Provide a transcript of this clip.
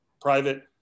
private